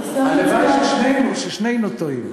הלוואי ששנינו טועים.